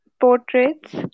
portraits